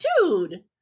Dude